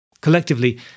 Collectively